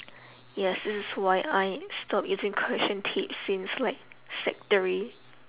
yes this is why I stop using correction tape since like sec three